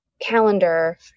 Calendar